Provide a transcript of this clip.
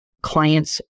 clients